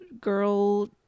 girl